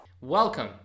Welcome